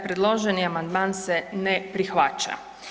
Predloženi amandman se ne prihvaća.